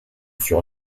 sur